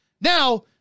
Now